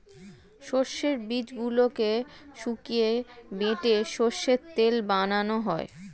সর্ষের বীজগুলোকে শুকিয়ে বেটে সর্ষের তেল বানানো হয়